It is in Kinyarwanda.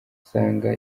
usanga